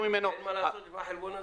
ממנו --- אין מה לעשות עם החלבון הזה?